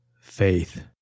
Faith